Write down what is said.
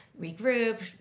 regroup